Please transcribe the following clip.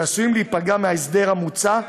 שעשויים להיפגע מההסדר המוצע,